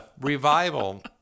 revival